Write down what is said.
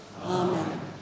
Amen